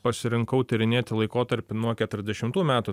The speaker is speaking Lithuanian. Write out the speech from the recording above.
pasirinkau tyrinėti laikotarpį nuo keturiasdešimtų metų